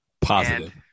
Positive